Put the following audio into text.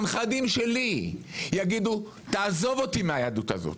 הנכדים שלי יגידו - תעזוב אותי מהיהדות הזאת,